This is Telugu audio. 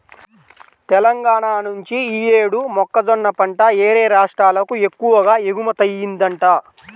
తెలంగాణా నుంచి యీ యేడు మొక్కజొన్న పంట యేరే రాష్ట్రాలకు ఎక్కువగా ఎగుమతయ్యిందంట